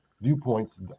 viewpoints